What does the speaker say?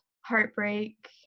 heartbreak